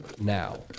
now